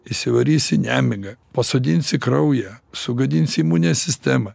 įsivarysi nemigą pasodinsi kraują sugadinsi imunę sistemą